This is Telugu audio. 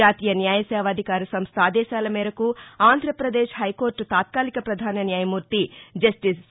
జాతీయ న్యాయసేవాధికార సంస్థ ఆదేశాల మేరకు ఆంధ్రప్రదేశ్ హైకోర్టు తాత్కాలిక ప్రధాన న్యామూర్తి జస్టిస్ సి